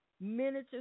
miniature